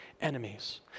enemies